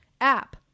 app